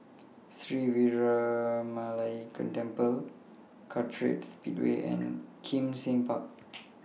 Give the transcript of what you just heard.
Sri Veeramakaliamman Temple Kartright Speedway and Kim Seng Park